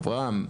אברהם,